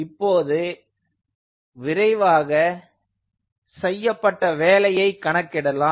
இப்போது விரைவாக செய்யப்பட்ட வேலையை கணக்கிடலாம்